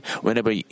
Whenever